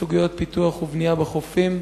בסוגיות פיתוח ובנייה בחופים.